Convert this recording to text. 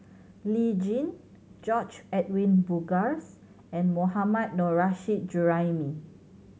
Lee Tjin George Edwin Bogaars and Mohammad Nurrasyid Juraimi